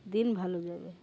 দিন ভালো যাবে